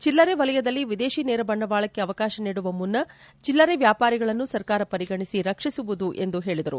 ಚಲ್ಲರೆ ವಲಯದಲ್ಲಿ ವಿದೇಶಿ ನೇರ ಬಂಡವಾಳಕ್ಕೆ ಅವಕಾಶ ನೀಡುವ ಮುನ್ನ ಚಲ್ಲರೆ ವ್ಯಾಪಾರಿಗಳನ್ನು ಸರ್ಕಾರ ಪರಿಗಣಿಸಿ ರಕ್ಷಿಸುವುದು ಎಂದು ಹೇಳಿದರು